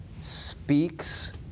speaks